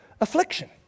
affliction